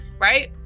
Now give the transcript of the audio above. right